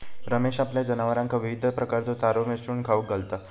रमेश आपल्या जनावरांका विविध प्रकारचो चारो मिसळून खाऊक घालता